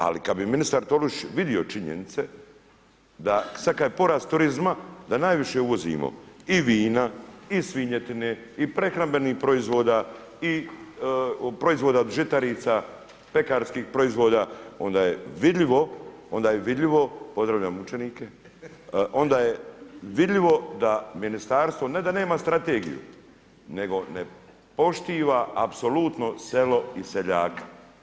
Ali kad bi ministar Tolušić vidio činjenice da sad kad je porast turizma, da najviše uvozimo i vina i svinjetine i prehrambenih proizvoda i proizvoda od žitarica, pekarskih proizvoda onda je vidljivo, pozdravljam učenike, onda je vidljivo da ministarstvo ne da nema strategiju, nego ne poštiva apsolutno selo i seljake.